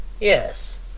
Yes